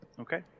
Okay